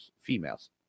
females